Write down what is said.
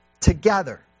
Together